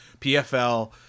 PFL